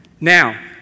Now